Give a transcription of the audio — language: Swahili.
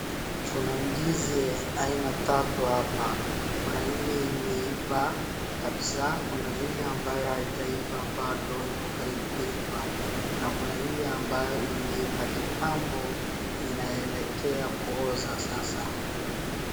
Kuna ndizi aina tatu hapa. Kuna ile imeiva kabisa, kuna ile ambayo haijaiva bado iko karibu kuiva, na kuna ile ambayo imeiva kitambo inaelekea kuoza sasa.